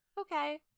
Okay